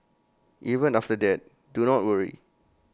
even after that do not worry